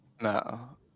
no